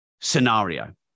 scenario